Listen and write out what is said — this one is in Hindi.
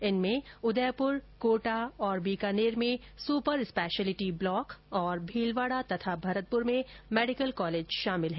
इनमें उदयपुर कोटा और बीकानेर में सुपर स्पेशलिटी ब्लॉक और भीलवाड़ा और भरतपुर में मेडिकल कॉलेज शामिल है